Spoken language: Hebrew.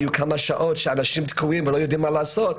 יהיו כמה שעות שאנשים יהיו תקועים ולא יודעים מה לעשות,